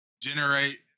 generate